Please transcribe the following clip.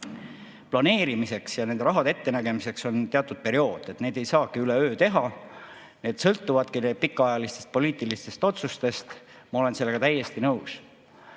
planeerimiseks ja nende rahade ettenägemiseks on teatud periood, seda ei saagi üleöö teha, see sõltubki pikaajalistest poliitilistest otsustest. Ma olen sellega täiesti nõus.